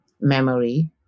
memory